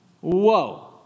Whoa